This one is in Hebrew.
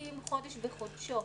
מתבצעים חודש בחודשו,